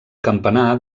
campanar